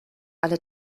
alle